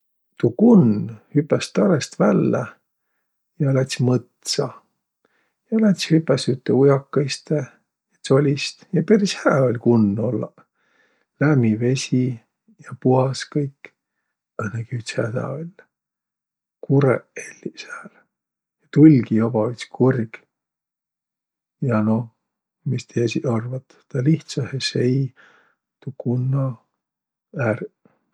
Tuu kunn hüpäs' tarõst vällä ja läts' mõtsa. Ja läts' hüpäs' ütte ujakõistõ, tsolst' ja peris hää oll' kunn ollaq. Lämmi vesi ja puhas kõik. Õnnõgi üts hädä oll' – kurõq essiq sääl. Tull'gi joba üts kurg. Ja no mis ti esiq arvat? Tä lihtsähe sei tuu kunna ärq.